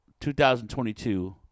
2022